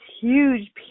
huge